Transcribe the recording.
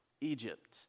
Egypt